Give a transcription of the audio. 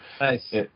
Nice